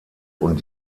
und